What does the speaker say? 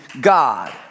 God